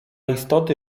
istoty